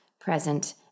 present